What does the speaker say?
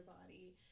body